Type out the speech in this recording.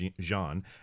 Jean